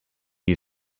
you